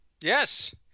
Yes